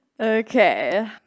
Okay